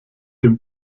dem